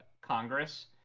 congress